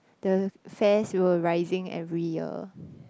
the fares were rising every year